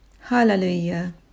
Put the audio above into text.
Hallelujah